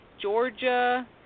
Georgia